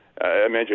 imagine